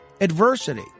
adversity